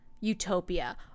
utopia